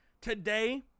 today